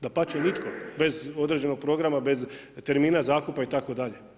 Dapače, nitko bez određenog programa, bez termina zakupa itd.